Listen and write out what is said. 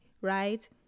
right